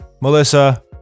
Melissa